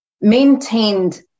maintained